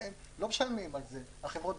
חברות הביטוח לא משלמים על זה.